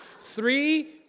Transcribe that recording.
Three